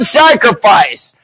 sacrifice